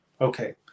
Okay